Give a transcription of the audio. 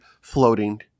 floating